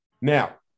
Now